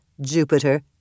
Jupiter